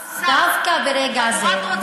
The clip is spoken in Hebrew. דווקא ברגע זה,